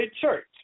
church